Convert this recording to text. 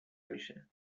میشه